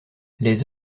les